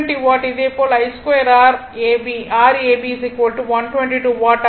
இதே போல் Iab2 R ab 122 watt ஆகும்